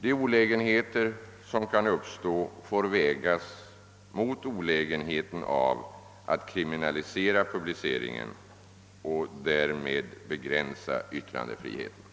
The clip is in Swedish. De olägenheter som kan uppstå får vägas mot olägenheten av att kriminalisera publiceringen och därmed begränsa yttrandefriheten.